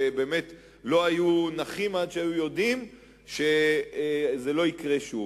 ולא היו נחים עד שהיו יודעים שזה לא יקרה שוב.